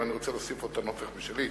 ואני רוצה להוסיף את הנופך שלי.